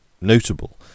notable